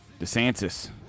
DeSantis